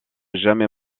jamais